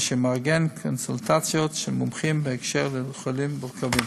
אשר מארגן קונסולטציות של מומחים בקשר לחולים מורכבים.